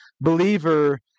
believer